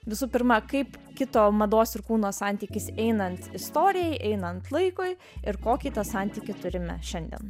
visų pirma kaip kito mados ir kūno santykis einant istorijai einant laikui ir kokį tą santykį turime šiandien